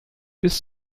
bis